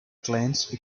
glance